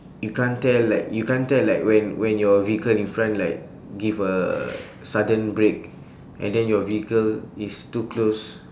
you can't tell like you can't tell like when when your vehicle in front like give a sudden break and then your vehicle is too close